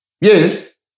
Yes